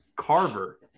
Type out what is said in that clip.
Carver